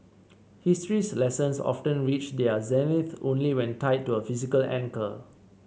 history's lessons often reach their zenith only when tied to a physical anchor